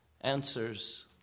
answers